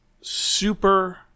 super